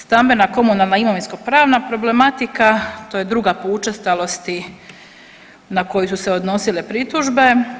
Stambena, komunalna, imovinsko-pravna problematika, to je druga po učestalosti na koje su se odnosile pritužbe.